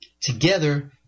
Together